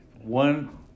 One